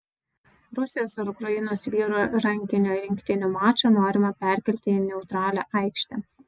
rusijos ir ukrainos vyrų rankinio rinktinių mačą norima perkelti į neutralią aikštę